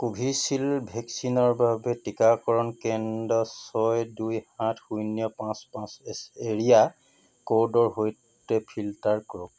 Covishield ভেকচিনৰ বাবে টীকাকৰণ কেন্দ্ৰ ছয় দুই সাত শূন্য পাঁচ পাঁচ এৰিয়া ক'ডৰ সৈতে ফিল্টাৰ কৰক